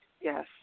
Yes